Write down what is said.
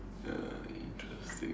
ya interesting